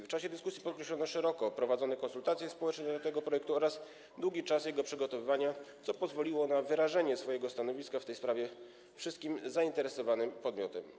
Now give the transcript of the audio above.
W czasie dyskusji podkreślono, że były szeroko prowadzone konsultacje społeczne w sprawie tego projektu oraz był długi czas jego przygotowywania, co pozwoliło na wyrażenie swojego stanowiska w tej sprawie wszystkim zainteresowanym podmiotom.